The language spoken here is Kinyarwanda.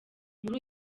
muri